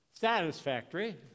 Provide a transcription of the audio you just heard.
satisfactory